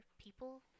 people